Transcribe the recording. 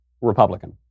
Republican